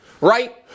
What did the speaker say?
right